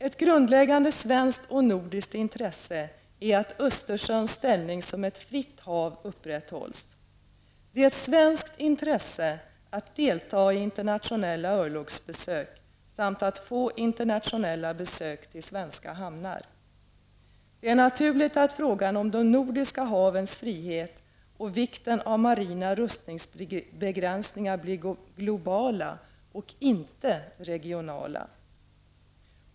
Ett grundläggande svenskt och nordiskt intresse är att Östersjöns ställning som ett fritt hav upprätthålls. Det är ett svenskt intresse att delta i internationella örlogsbesök samt att få internationella besök till svenska hamnar. Det är naturligt att frågan om de nordiska havens frihet och vikten av marina rustningsbegränsningar blir globala och inte regionala.